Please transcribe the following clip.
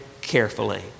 carefully